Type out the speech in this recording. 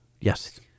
Yes